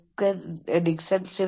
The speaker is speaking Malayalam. ഞാൻ യോഗ വിദഗ്ദ്ധനല്ല